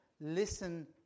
Listen